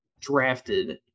drafted